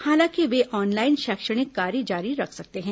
हालांकि वे ऑनलाइन शैक्षणिक कार्य जारी रख सकते हैं